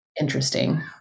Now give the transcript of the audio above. interesting